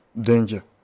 danger